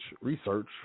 Research